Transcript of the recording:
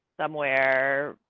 somewhere,